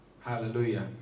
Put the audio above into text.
Hallelujah